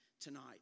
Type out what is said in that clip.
tonight